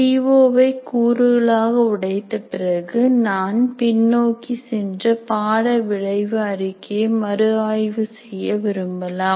C O வை கூறுகளாக உடைத்த பிறகு நான் பின்னோக்கி சென்று பாட விளைவு அறிக்கையை மறு ஆய்வு செய்ய விரும்பலாம்